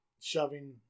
shoving